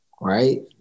right